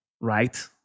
right